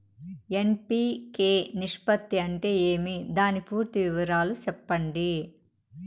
NPK నిష్పత్తి అంటే ఏమి దాని పూర్తి వివరాలు సెప్పండి?